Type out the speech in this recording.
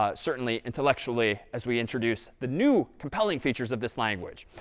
ah certainly intellectually, as we introduce the new compelling features of this language.